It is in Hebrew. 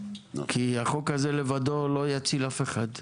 כי החוק הזה לבדו לא יציל אף אחד.